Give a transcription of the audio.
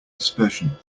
dispersion